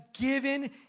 given